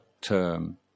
term